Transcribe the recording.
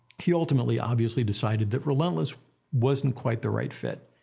he ultimately, obviously, decided that relentless wasn't quite the right fit.